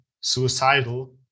suicidal